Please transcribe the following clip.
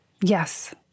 Yes